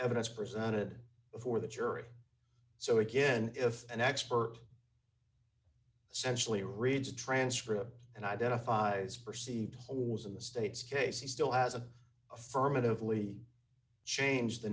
evidence presented before the jury so again if an expert sensually reads a transcript and identifies perceived holes in the state's case he still hasn't affirmatively changed the